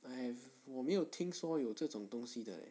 I have 我没有听说有这种东西的 leh